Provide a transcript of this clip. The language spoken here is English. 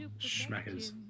schmackers